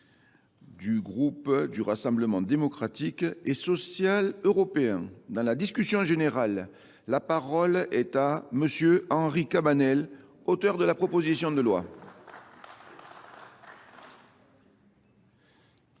du groupe du Rassemblement démocratique et social européen. Dans la discussion générale, la parole est à monsieur Henri Cabanel, auteur de la proposition de loi.